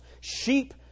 sheep